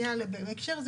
בהקשר הזה,